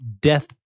death